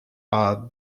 are